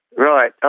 right,